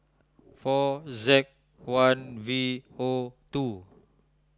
four Z one V O two